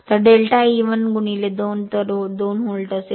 तर delta E 1 2 तर 2 volt असेल